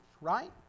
right